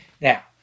Now